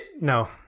No